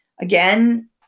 Again